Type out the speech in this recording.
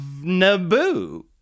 Naboo